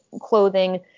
clothing